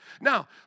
Now